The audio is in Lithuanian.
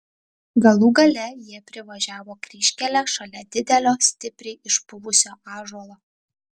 galų gale jie privažiavo kryžkelę šalia didelio stipriai išpuvusio ąžuolo